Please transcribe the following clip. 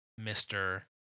mr